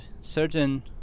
certain